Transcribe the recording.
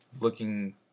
looking